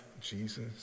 Jesus